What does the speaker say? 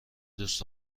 دوست